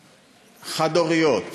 חד-הוריות,